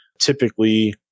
typically